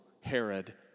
Herod